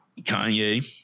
Kanye